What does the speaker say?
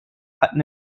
hatten